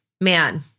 Man